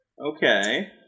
Okay